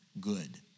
good